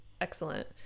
excellent